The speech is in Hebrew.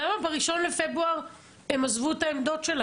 למה ב-1 בפברואר הצבא